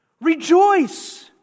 Rejoice